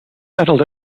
settled